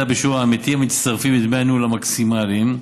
בשיעור העמיתים המצטרפים לדמי הניהול המקסימליים.